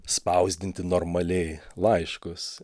spausdinti normaliai laiškus